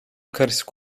karışık